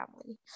family